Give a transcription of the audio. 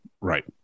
right